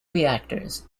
reactors